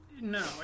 no